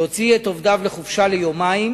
שהוציא את עובדיו לחופשה ליומיים,